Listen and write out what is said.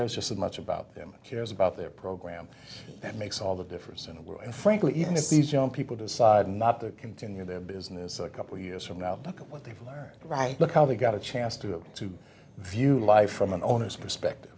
n just as much about them cares about their program that makes all the difference in the world and frankly even if these young people decide not to continue their business a couple years from now took what they've learned right look how they got a chance to have to view life from an owner's perspective